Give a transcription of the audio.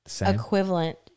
equivalent